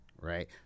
right